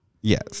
Yes